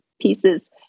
pieces